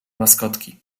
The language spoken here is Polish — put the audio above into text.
maskotki